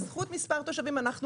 בזכות מספר תושבים אנחנו קטנים,